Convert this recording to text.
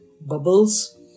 bubbles